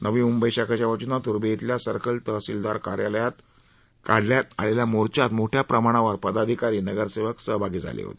नवी मुंबई शाखेच्या वतीनं तूर्भे इथल्या सर्कल तहसीलदार कार्यालय इथं काढण्यात आलेल्या मोर्चात मोठ्या प्रमाणात पदाधिकारी नगरसेवक सहभागी झाले होते